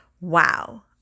Wow